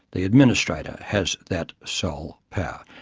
the administrator has that sole power,